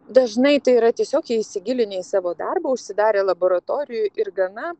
dažnai tai yra tiesiog jie įsigilinę į savo darbą užsidarę laboratorijoj ir gana